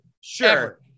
Sure